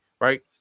right